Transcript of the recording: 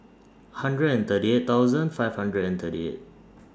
hundred and thirty eight thousand five hundred and thirty eight